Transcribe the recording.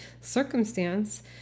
circumstance